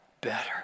better